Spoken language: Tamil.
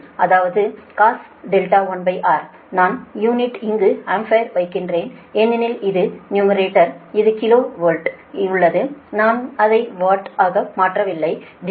அது cos R1 நான் யூனிட்டை இங்கு ஆம்பியரில் வைக்கிறேன் ஏனெனில் இது நியுமரேடா் இது கிலோ வாட்டில் உள்ளது நான் அதை வாட் ஆக மாற்றவில்லை டினாமினேடர் 10